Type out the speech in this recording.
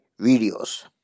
videos